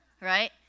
right